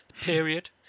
period